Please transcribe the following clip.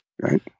Right